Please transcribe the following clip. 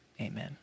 amen